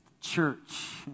church